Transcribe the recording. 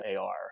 AR